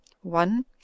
one